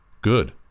good